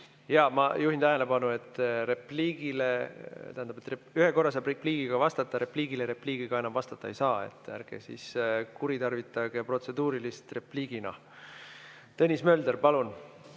Aga ma juhin tähelepanu, et ühe korra saab repliigiga vastata, repliigile repliigiga enam vastata ei saa. Ärge kuritarvitage protseduurilist küsimust repliigina. Tõnis Mölder, palun!